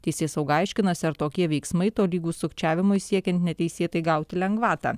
teisėsauga aiškinasi ar tokie veiksmai tolygūs sukčiavimui siekiant neteisėtai gauti lengvatą